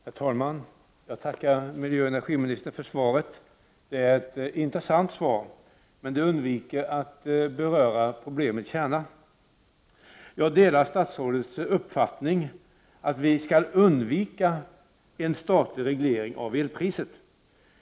Herr talman! Jag tackar miljöoch energiministern för svaret. Det är ett intressant svar, men det undviker att beröra problemets kärna. Jag delar statsrådes uppfattning att vi skall undvika en statlig reglering av elpriset.